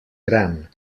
gran